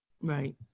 Right